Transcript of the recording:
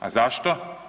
A zašto?